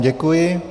Děkuji.